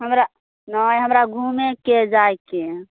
हमर ने हमरा घूमेके जाइके है